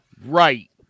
Right